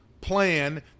plan